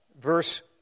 Verse